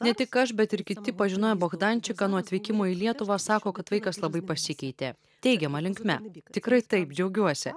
ne tik aš bet ir kiti pažinojo bogdančiką nuo atvykimo į lietuvą sako kad vaikas labai pasikeitė teigiama linkme tikrai taip džiaugiuosi